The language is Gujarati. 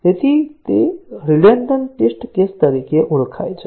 તેથી તે રિડન્ડન્ટ ટેસ્ટ કેસ તરીકે ઓળખાય છે